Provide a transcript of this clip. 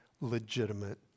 legitimate